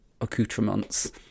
accoutrements